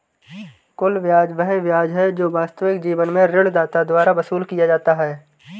कुल ब्याज वह ब्याज है जो वास्तविक जीवन में ऋणदाता द्वारा वसूल किया जाता है